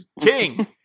King